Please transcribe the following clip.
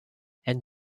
and